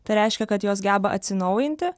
tai reiškia kad jos geba atsinaujinti